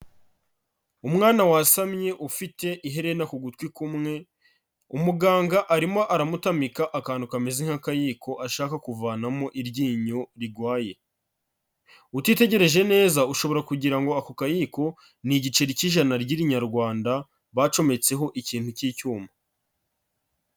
Umwana wasamye, ufite iherena ku gutwi kumwe, umuganga arimo aramutamika akantu kameze nk'akayiko, ashaka kuvanamo iryinyo rirwaye. Utitegereje neza, ushobora kugira ngo ako kayiko, ni igiceri cy'ijana ry'irinyarwanda, bacometseho ikintu cy'icyuma.